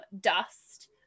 dust